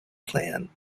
plan